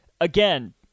Again